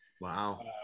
Wow